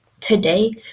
today